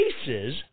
cases